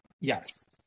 Yes